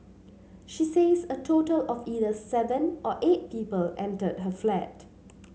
she says a total of either seven or eight people entered her flat